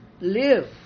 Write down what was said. live